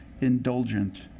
indulgent